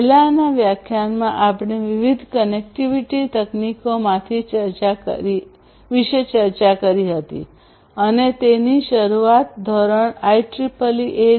પહેલાનાં વ્યાખ્યાનમાં આપણે વિવિધ કનેક્ટિવિટી તકનીકોમાંથી ચર્ચા કરી હતી અને તેની શરૂઆત ધોરણ IEEE 802